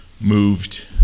moved